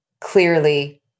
clearly